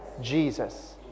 Jesus